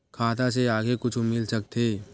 खाता से आगे कुछु मिल सकथे?